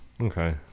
Okay